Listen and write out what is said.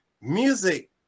music